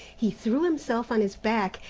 he threw himself on his back,